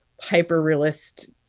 hyper-realist